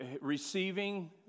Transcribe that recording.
receiving